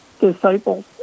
disciples